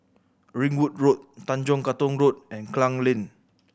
Ringwood Road Tanjong Katong Road and Klang Lane